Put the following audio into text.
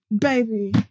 Baby